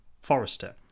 Forrester